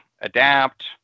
adapt